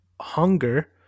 Hunger